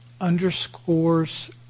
underscores